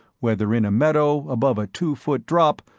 whether in a meadow, above a two-foot drop,